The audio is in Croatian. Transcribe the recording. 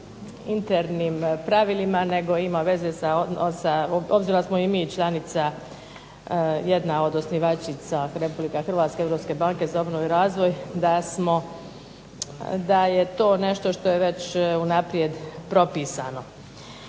internim pravilima, nego ima veze sa, obzirom da smo i mi članica, jedna od osnivačica, Republika Hrvatska i Europske banke za obnovu i razvoj, da smo, da je to nešto što je već unaprijed propisano.